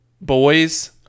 boys